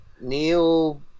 Neil